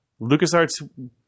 LucasArts